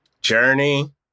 Journey